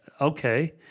Okay